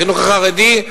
החינוך החרדי,